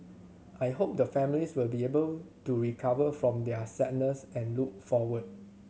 I hope the families will be able to recover from their sadness and look forward